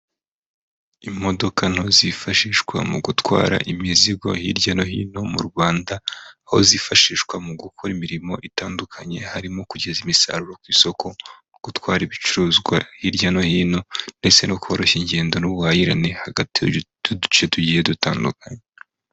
Imodoka nto zifashishwa mu gutwara imizigo hirya no hino mu Rwanda, Aho zifashishwa mu gukora imirimo itandukanye, harimo kugeza umusaruro ku isoko mu gutwara ibicuruzwa hirya no hino ndetse no koroshya ingendo n'ubuhahirane hagati y'utu duce tugiye dutandukanye.